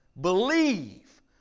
believe